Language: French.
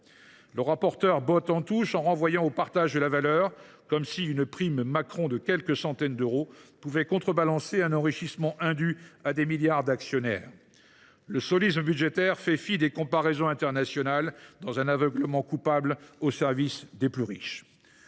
Le rapporteur général botte en touche, en renvoyant au partage de la valeur, comme si une prime Macron de quelques centaines d’euros pouvait contrebalancer l’enrichissement indu de milliards d’actionnaires. Le « solisme » budgétaire fait fi des comparaisons internationales, dans un aveuglement coupable au service des plus riches.